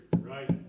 Right